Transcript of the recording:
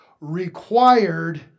required